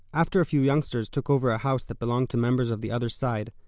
after a few youngsters took over a house that belonged to members of the other side,